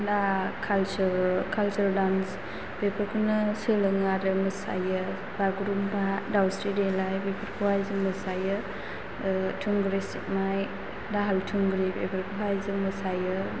दा culture dance बेफोरखौनो सोलोङाे आरो माेसायाे बागुरुमबा दावस्रि देलाय बेफोरखौहाय जाें मोसायो थुंग्रि सिबनाय दाहाल थुंग्रि बेफोरखौहाय जों मोसायो